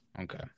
Okay